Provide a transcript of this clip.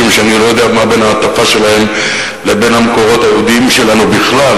משום שאני לא יודע מה בין ההטפה שלהם לבין המקורות היהודיים שלנו בכלל,